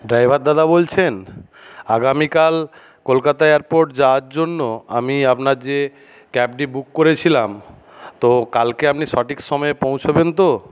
driver দাদা বলছেন আগামীকাল কলকাতা এয়ারপোর্ট যাওয়ার জন্য আমি আপনার যে ক্যাবটি বুক করেছিলাম তো কালকে আপনি সঠিক সময়ে পৌঁছবেন তো